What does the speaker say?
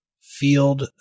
field